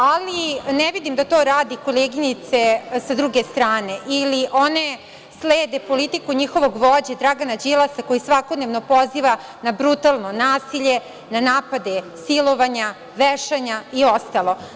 Ali, ne vidim da to rade koleginice sa druge strane ili one slede politiku njihovog vođe Dragana Đilasa, koji svakodnevno poziva na brutalno nasilje, na napade silovanja, vešanja i ostalo.